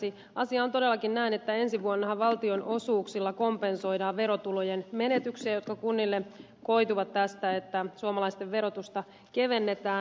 asia on todellakin näin että ensi vuonnahan valtionosuuksilla kompensoidaan verotulojen menetyksiä jotka kunnille koituvat tästä että suomalaisten verotusta kevennetään